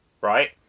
right